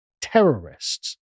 terrorists